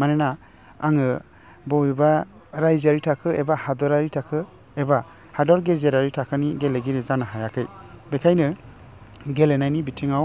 मानोना आङो बबेबा रायजोआरि थाखो एबा हादरारि थाखो एबा हादर गेजेरारि थाखोनि गेलेगिरि जानो हायाखै बेखायनो गेलेनायनि बिथिंआव